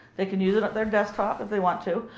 they can use it at their desktop if they want to,